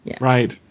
Right